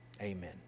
Amen